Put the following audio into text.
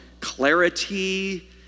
clarity